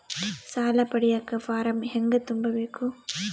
ಸಾಲ ಪಡಿಯಕ ಫಾರಂ ಹೆಂಗ ತುಂಬಬೇಕು?